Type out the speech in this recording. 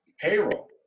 Payroll